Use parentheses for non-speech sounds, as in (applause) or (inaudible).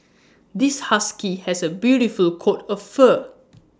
(noise) this husky has A beautiful coat of fur (noise)